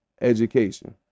education